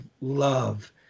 love